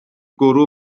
gwrw